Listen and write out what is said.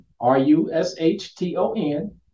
R-U-S-H-T-O-N